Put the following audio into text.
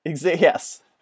Yes